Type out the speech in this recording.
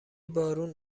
بارون